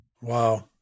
Wow